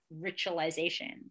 ritualization